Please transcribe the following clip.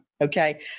Okay